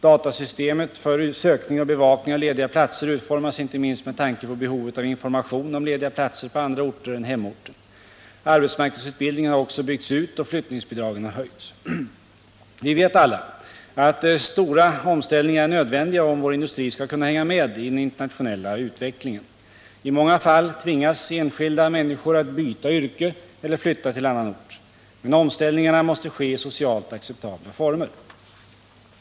Datasystemet för sökning och bevakning av lediga platser utformas inte minst med tanke på behovet av information om lediga platser på andra orter än hemorten. Arfbetsmarknadsutbildningen har också byggts ut, och flyttningsbidragen har höjts. Vi vet alla att stora omställningar är nödvändiga om vår industri skall kunna hänga med i den internationella utvecklingen. I många fall tvingas enskilda människor att byta yrke eller flytta till annan ort. Men omställningarna måste ske i socialt acceptabla former.